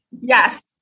Yes